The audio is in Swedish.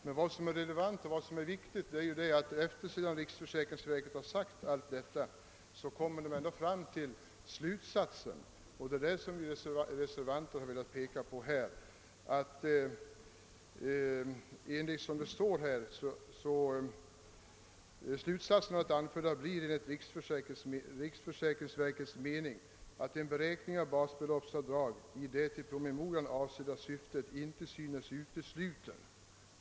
Men det relevanta och viktiga är, att sedan riksförsäkringsverket skrivit detta kommer verket ändå fram till den slutsatsen att »en beräkning av basbeloppsavdrag i det i promemorian avsedda syftet inte synes utesluten ———».